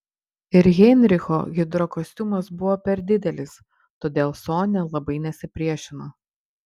ir heinricho hidrokostiumas buvo per didelis todėl sonia labai nesipriešino